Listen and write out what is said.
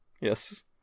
yes